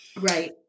right